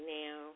now